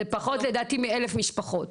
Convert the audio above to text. זה פחות לדעתי מאלף משפחות.